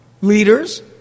leaders